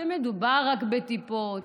שמדובר רק בטיפות.